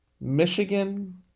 michigan